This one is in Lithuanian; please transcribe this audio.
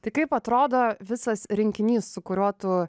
tai kaip atrodo visas rinkinys su kuriuo tu